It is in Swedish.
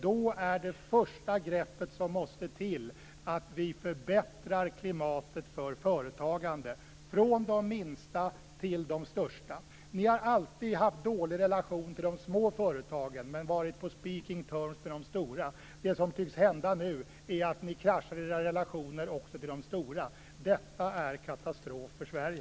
Då är det första greppet som måste till att vi förbättrar klimatet för företagande, från de minsta till de största. Ni har alltid haft en dålig relation till de små företagen men varit på speaking terms med de stora. Det som tycks hända nu är att ni kraschar era relationer också med de stora. Detta är en katastrof för Sverige.